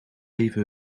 even